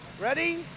Ready